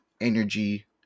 energy